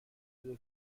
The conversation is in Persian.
بده